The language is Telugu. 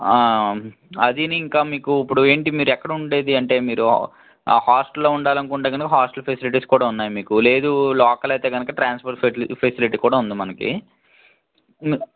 అదీని ఇంకా మీకు ఇప్పుడు ఏంటి మీరు ఎక్కడ ఉండేది అంటే మీరు ఆ హాస్టల్లో ఉండాలనుకుంటే గనుక హాస్టల్ ఫెసిలిటీస్ కూడా ఉన్నాయి మీకు లేదు లోకల్ అయితే ట్రాన్స్ఫర్ ఫెసిలి ఫెసిలిటీ కూడా ఉంది మనకి